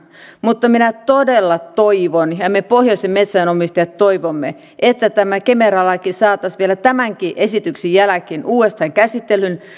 mutta minä todella toivon ja me pohjoisen metsänomistajat toivomme että tämä kemera laki saataisiin vielä tämänkin esityksen jälkeen uudestaan käsittelyyn